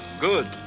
Good